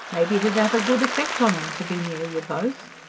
may be it'd have a good effect on im, to be near you both.